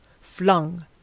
Flung